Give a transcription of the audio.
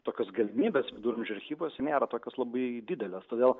tokios galimybės viduramžių archyvuose nėra tokios labai didelės todėl